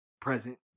present